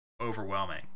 overwhelming